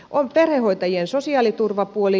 on perhehoitajien sosiaaliturvapuoli